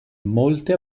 molte